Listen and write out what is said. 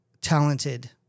talented